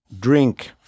Drink